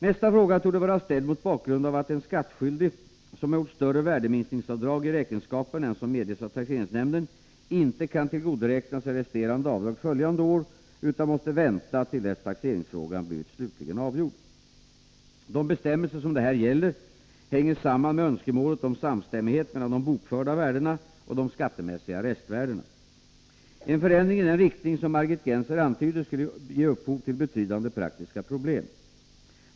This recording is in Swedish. Nästa fråga torde vara ställd mot bakgrund av att en skattskyldig som har gjort större värdeminskningsavdrag i räkenskaperna än som medges av taxeringsnämnden inte kan tillgodoräkna sig resterande avdrag följande år utan måste vänta till dess taxeringsfrågan blivit slutligen avgjord. De bestämmelser som det här gäller hänger samman med önskemålet om samstämmighet mellan de bokförda värdena och de skattemässiga restvärderna. En förändring i den riktning som Margit Gennser antyder skulle ge upphov till betydande praktiska problem.